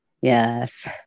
yes